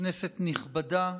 כנסת נכבדה,